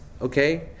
okay